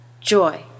joy